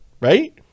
right